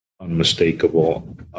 unmistakable